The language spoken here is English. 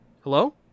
Hello